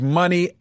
money